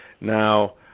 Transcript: Now